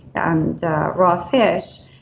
and raw fish,